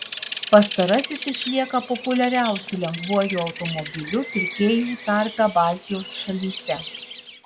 pastarasis išlieka populiariausiu lengvuoju automobiliu pirkėjų tarpe baltijos šalyse